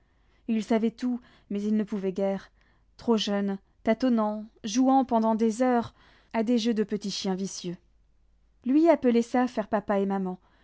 ils savaient tout mais ils ne pouvaient guère trop jeunes tâtonnant jouant pendant des heures à des jeux de petits chiens vicieux lui appelait ça faire papa et maman